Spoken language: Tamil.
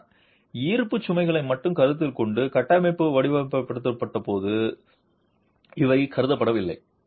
ஆனால் ஈர்ப்பு சுமைகளை மட்டுமே கருத்தில் கொண்டு கட்டமைப்பு வடிவமைக்கப்படும்போது இவை கருதப்படவில்லை